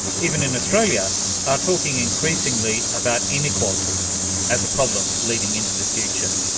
even in australia are talking increasingly about inequality as a problem leading into the future.